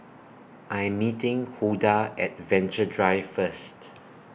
I Am meeting Huldah At Venture Drive First